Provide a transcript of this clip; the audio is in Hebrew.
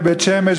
בבית-שמש,